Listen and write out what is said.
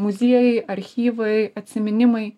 muziejai archyvai atsiminimai